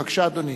בבקשה, אדוני.